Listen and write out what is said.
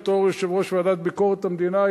בתור יושב-ראש ועדת ביקורת המדינה,